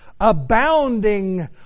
Abounding